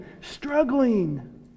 struggling